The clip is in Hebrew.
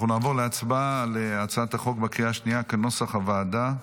אנחנו נעבור להצבעה על הצעת החוק בקריאה השנייה כנוסח הוועדה.